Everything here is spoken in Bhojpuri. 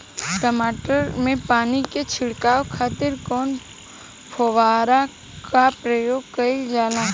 टमाटर में पानी के छिड़काव खातिर कवने फव्वारा का प्रयोग कईल जाला?